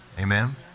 Amen